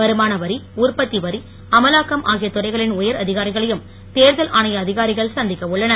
வருமான வரி உற்பத்தி வரி அமலாக்கம் ஆகிய துறைகளின் உயர் அதிகாரிகளையும் தேர்தல் ஆணைய அதிகாரிகள் சந்திக்க உள்ளனர்